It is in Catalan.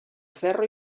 ferro